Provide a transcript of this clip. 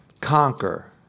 conquer